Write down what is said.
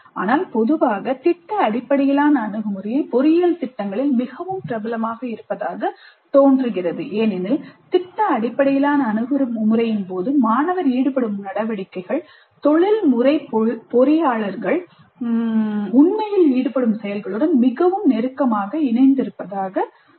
ஆனால் பொதுவாக திட்ட அடிப்படையிலான அணுகுமுறை பொறியியல் திட்டங்களில் மிகவும் பிரபலமாக இருப்பதாகத் தோன்றுகிறது ஏனெனில் திட்ட அடிப்படையிலான அணுகுமுறையின் போது மாணவர் ஈடுபடும் நடவடிக்கைகள் தொழில்முறை பொறியியலாளர்கள் உண்மையில் ஈடுபடும் செயல்களுடன் மிகவும் நெருக்கமாக இணைந்திருப்பதாகத் தெரிகிறது